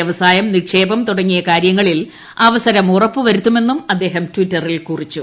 വ്യവസായം നിക്ഷേപം തുടങ്ങിയ കാര്യങ്ങളിൽ അവസ്സർം ഉറപ്പു വരുത്തുമെന്നും അദ്ദേഹം ട്വിറ്ററിൽ കൂറിച്ചു